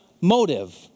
motive